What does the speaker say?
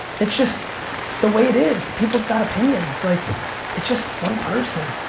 it's just the way it is. people's got opinions. like it's just one person,